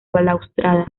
balaustrada